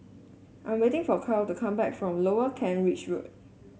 I am waiting for Kyle to come back from Lower Kent Ridge Road